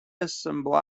assembly